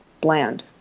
bland